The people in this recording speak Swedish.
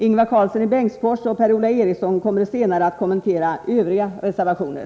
Ingvar Karlsson i Bengtsfors och Per-Ola Eriksson kommer senare att kommentera övriga reservationer.